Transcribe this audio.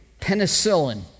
penicillin